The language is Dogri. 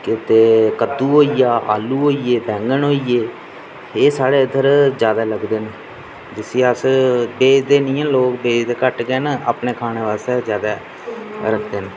ते कद्दू होई गेआ आलू होई गेआ बैंगन होई गे एह् साढे़ इद्धर जैदा लगदे न जिसी अस बेचदे निं ऐ न लोक बेचदे घट्ट गै न अपने खाने आस्तै गै जैदा रखदे न